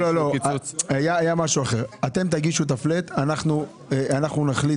דובר על זה שתגישו את ה-flat ואנחנו נחליט